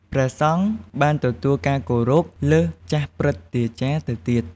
ព្រះសង្ឃបានទទួលការគោរព លើសចាស់ព្រឹទ្ធាចារ្យទៅទៀត។